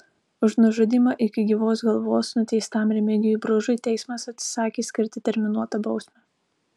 už nužudymą iki gyvos galvos nuteistam remigijui bružui teismas atsisakė skirti terminuotą bausmę